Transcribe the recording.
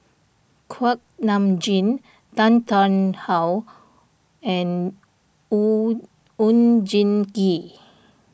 Kuak Nam Jin Tan Tarn How and Oon Oon Jin Gee